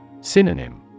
Synonym